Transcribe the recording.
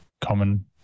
common